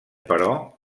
però